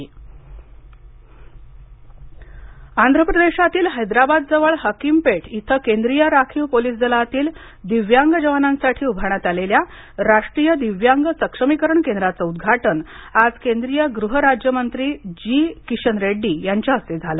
दिव्यांग केंद्र आंध्र प्रदेशातील हैद्राबाद जवळ हकीम पेठ इथ केंद्रीय राखीव पोलीस दलातील दिव्यांग जवानांसाठी उभारण्यात आलेल्या राष्ट्रीय दिव्यांग सक्षमीकरण केंद्राच उद्घाटन आज केंद्रीय गृह राज्यमंत्री जी किशन रेड्डी यांच्या हस्ते झाल